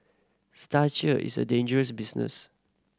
is a dangerous business